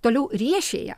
toliau riešėje